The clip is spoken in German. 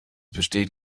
besteht